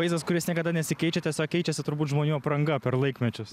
vaizdas kuris niekada nesikeičia tiesiog keičiasi turbūt žmonių apranga per laikmečius